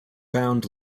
bound